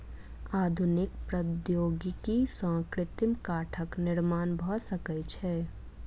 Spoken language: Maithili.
आधुनिक प्रौद्योगिकी सॅ कृत्रिम काठक निर्माण भ सकै छै